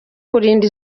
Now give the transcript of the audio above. kurinda